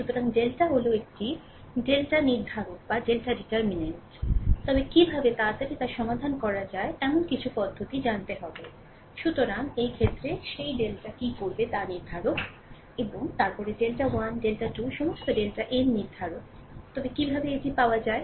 সুতরাং ডেল্টা হল একটি ডেল্টা নির্ধারক তবে কীভাবে কীভাবে তাড়াতাড়ি সমাধান করা যায় এমন কিছু পদ্ধতি জানতে হবে সুতরাং এই ক্ষেত্রে সেই ডেল্টা কি করবে তা নির্ধারক এবং তারপরে ডেল্টা 1 ডেল্টা 2 সমস্ত ডেল্টা n নির্ধারক তবে কীভাবে এটি পাওয়া যায়